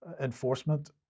enforcement